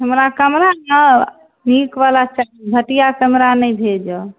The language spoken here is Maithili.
हमरा कैमरा ने नीक बला चाही घटिआ कैमरा नहि भेजब